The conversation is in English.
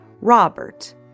Robert